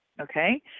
Okay